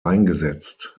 eingesetzt